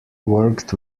worked